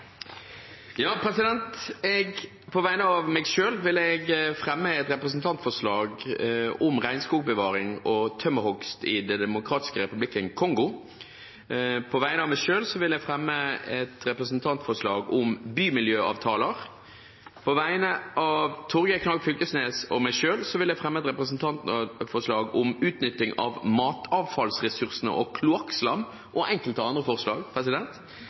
På vegne av meg selv vil jeg fremme et representantforslag om regnskogbevaring og tømmerhogst i Den demokratiske republikken Kongo. På vegne av meg selv vil jeg fremme et representantforslag om bymiljøavtaler. På vegne av Torgeir Knag Fylkesnes og meg selv vil jeg fremme et representantforslag om utnytting av matavfallsressursene og kloakkslam og enkelte andre forslag.